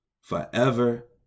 forever